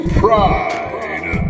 pride